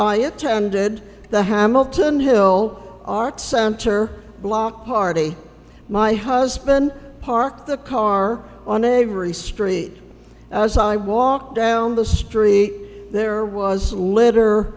i attended the hamilton hill art center block party my husband parked the car on a very street as i walked down the street there there was litter